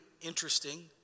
Interesting